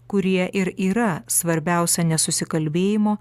kurie ir yra svarbiausia nesusikalbėjimo